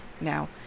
Now